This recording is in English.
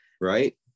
right